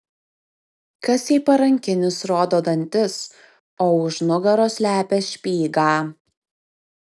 kas jei parankinis rodo dantis o už nugaros slepia špygą